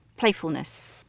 Playfulness